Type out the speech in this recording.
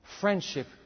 friendship